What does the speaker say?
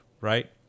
right